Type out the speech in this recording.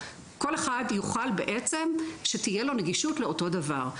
כל אחד יוכל בעצם שתהיה לו נגישות לאותו דבר.